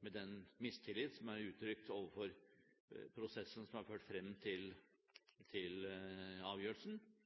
Med den mistillit som er uttrykt overfor prosessen som har ført frem til avgjørelsen, er det litt overraskende at et antageligvis enstemmig storting stemmer for i kveld. Innkjøp av nye kampfly til